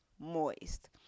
moist